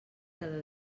cada